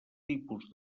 tipus